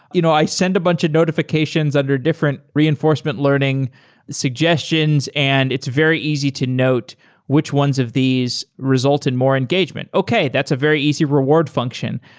you know i sent a bunch of notifications under different reinforcement learning suggestions, and it's very easy to note which ones of these in more engagement. okay. that's a very easy reward function.